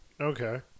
Okay